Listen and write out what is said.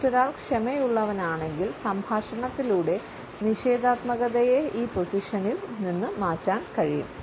മറ്റൊരാൾ ക്ഷമയുള്ളവനാണെങ്കിൽ സംഭാഷണത്തിലൂടെ നിഷേധാത്മകതയെ ഈ പൊസിഷനിൽ നിന്ന് മാറ്റാൻ കഴിയും